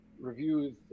reviews